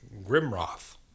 Grimroth